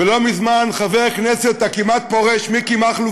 ולא מזמן חבר הכנסת הכמעט-פורש מכלוף